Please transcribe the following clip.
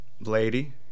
Lady